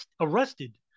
arrested